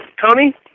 Tony